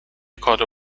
کادو